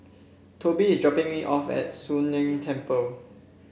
Tobie is dropping me off at Soon Leng Temple